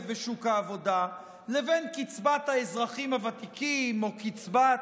בשוק העבודה לבין קצבת האזרחים הוותיקים או קצבת